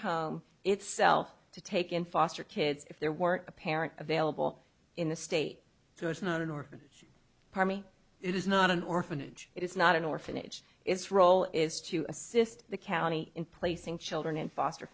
home itself to take in foster kids if there were a parent available in the state so it's not an orphanage pommy it is not an orphanage it is not an orphanage its role is to assist the county in placing children in foster